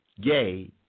gay